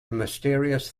mysterious